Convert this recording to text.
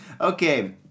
Okay